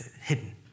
hidden